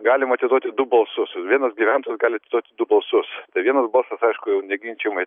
galima atiduoti du balsus vienas gyventojas gali atiduoti du balsus tai vienas balsas aišku jau neginčijamai